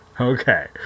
Okay